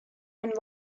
and